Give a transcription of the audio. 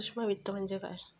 सूक्ष्म वित्त म्हणजे काय?